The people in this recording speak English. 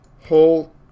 whole